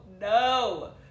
no